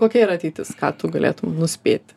kokia yra ateitis ką tu galėtum nuspėti